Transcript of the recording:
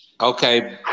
Okay